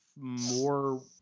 More